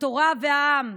התורה והעם,